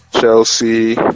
Chelsea